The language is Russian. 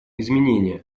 изменения